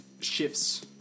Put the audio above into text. shifts